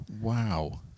Wow